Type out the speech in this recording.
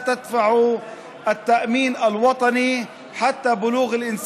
להלן תרגומם: אחיי ואחיותיי הסטודנטים והסטודנטיות באוניברסיטאות,